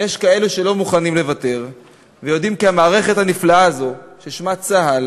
יש כאלה שלא מוכנים לוותר ויודעים כי המערכת הנפלאה הזאת ששמה צה"ל